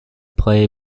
play